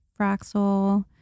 Fraxel